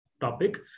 topic